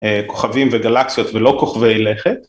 כוכבים וגלקסיות ולא כוכבי לכת.